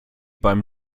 beim